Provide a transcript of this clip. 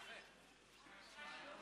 אצל מי